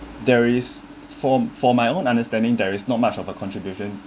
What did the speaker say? there is for for my own understanding there is not much of a contribution